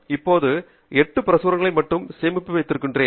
இப்போது 8 பிரசுரங்களை மட்டுமே சேமித்து வைத்திருக்கிறேன்